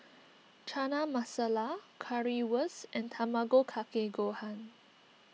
Chana Masala Currywurst and Tamago Kake Gohan